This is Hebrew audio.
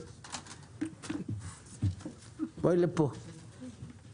תודה רבה לך שבאת